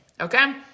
okay